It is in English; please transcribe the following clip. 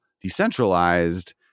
decentralized